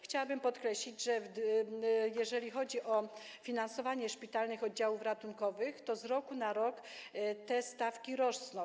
Chciałabym podkreślić, że jeżeli chodzi o finansowanie szpitalnych oddziałów ratunkowych, to z roku na rok stawki rosną.